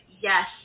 yes